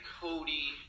Cody